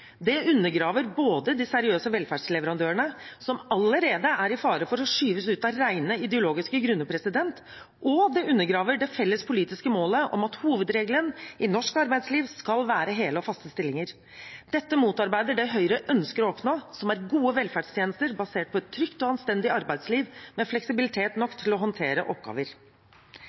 Det undergraver både de seriøse velferdsleverandørene, som allerede er i fare for å skyves ut av rene ideologiske grunner, og det felles politiske målet om at hovedregelen i norsk arbeidsliv skal være hele og faste stillinger. Dette motarbeider det Høyre ønsker å oppnå, som er gode velferdstjenester basert på et trygt og anstendig arbeidsliv med fleksibilitet nok til å håndtere